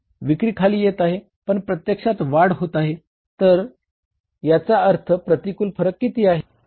विक्री खाली येत आहे पण प्रत्यक्षात वाढ होत आहे तर याचा अर्थ प्रतिकूल फरक किती आहे